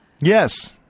Yes